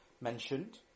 mentioned